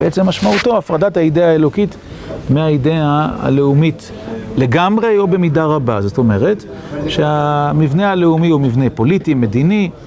בעצם משמעותו, הפרדת האידיאה האלוקית מהאידיאה הלאומית לגמרי או במידה רבה. זאת אומרת, שהמבנה הלאומי הוא מבנה פוליטי, מדיני,